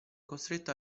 costretto